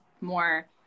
more